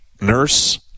nurse